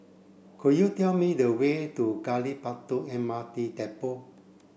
could you tell me the way to Gali Batu M R T Depot